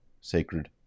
sacred